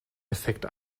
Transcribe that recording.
effekt